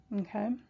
okay